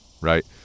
right